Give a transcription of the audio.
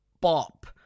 bop